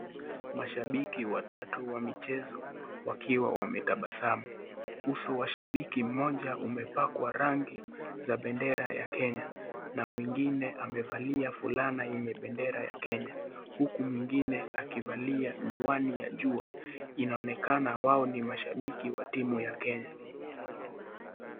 Mashabiki watatu wa michezo wakiwa wametabasamu. Uso wa shabiki moja umepakwa rangi za bendera ya Kenya na mwingine amevalia fulana yenye bendera ya Kenya huku mwingine akivalia miwani ya jua. Inaonekana wao ni mashabiki wa timu ya Kenya.